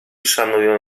szanują